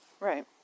Right